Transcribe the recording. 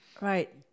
right